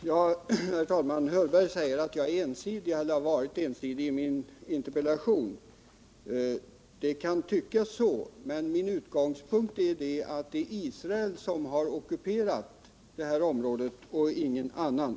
Herr talman! Nils Hörberg säger att jag är ensidig i min interpellation, och det kan tyckas så. Men min utgångspunkt är den att det är Israel och ingen annan stat som har ockuperat det här området.